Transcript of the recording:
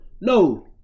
No